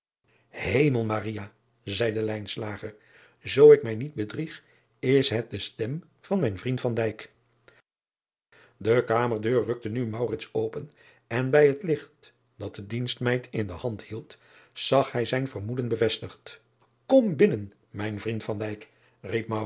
emel zeide oo ik mij niet bedrieg is het de stem van mijn vriend e kamerdeur rukte nu open en bij het licht dat de dienstmeid in de hand hield zag hij zijn ver driaan oosjes zn et leven van aurits ijnslager moeden bevestigd om binnen mijn vriend riep